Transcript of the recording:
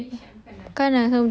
then tiba-tiba